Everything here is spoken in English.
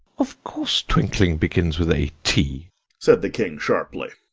of course twinkling begins with a t said the king sharply.